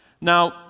Now